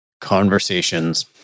conversations